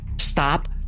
stop